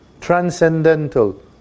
transcendental